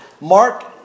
Mark